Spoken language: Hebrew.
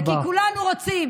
וכי כולנו רוצים